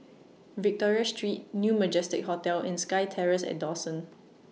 Victoria Street New Majestic Hotel and SkyTerrace At Dawson